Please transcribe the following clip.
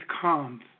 comes